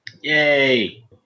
Yay